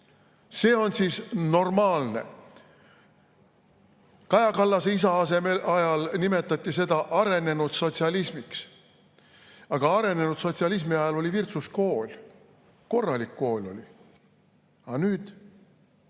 See on siis normaalne?! Kaja Kallase isa ajal nimetati seda arenenud sotsialismiks. Aga arenenud sotsialismi ajal oli Virtsus kool, korralik kool oli. Aga nüüd